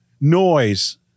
noise